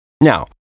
Now